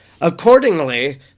Accordingly